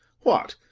what,